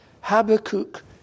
Habakkuk